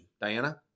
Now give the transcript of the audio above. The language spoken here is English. Diana